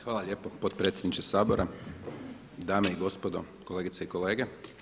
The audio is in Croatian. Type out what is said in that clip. Hvala lijepo potpredsjedniče Sabora, dame i gospodo, kolegice i kolege.